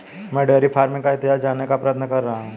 मैं dairy farming का इतिहास जानने का प्रयत्न कर रहा हूं